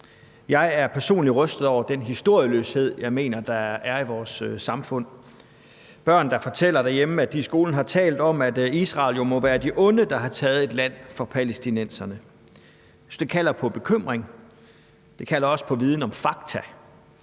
Jeg er personligt rystet over den historieløshed, jeg mener der er i vores samfund, hvor børn derhjemme fortæller, at de i skolen har talt om, at Israel jo må være de onde, der har taget et land fra palæstinenserne. Jeg synes, at det kalder på bekymring, men at det også kalder på viden om fakta,